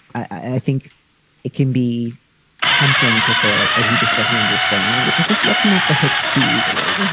i think it can be tempting to say, like, oh, he just doesn't understand, which i think lets him off the hook too easily.